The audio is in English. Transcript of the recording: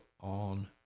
on